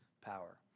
power